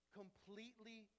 completely